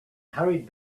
hurried